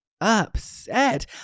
upset